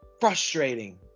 frustrating